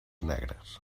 negres